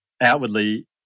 outwardly